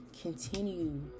continue